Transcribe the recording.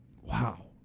wow